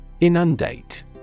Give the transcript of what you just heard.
Inundate